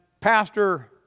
Pastor